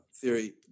theory